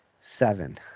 seven